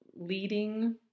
leading